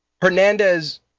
Hernandez